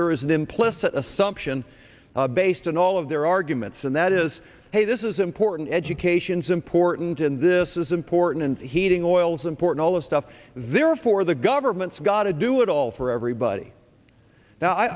there is an implicit assumption based on all of their arguments and that is hey this is important education's important and this is important and heating oil is important all the stuff there are for the government's gotta do it all for everybody now i